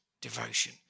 devotion